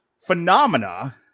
phenomena